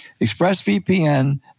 Expressvpn